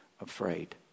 afraid